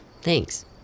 Thanks